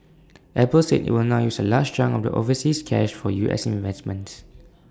Apple said IT will now use A large chunk of the overseas cash for U S investments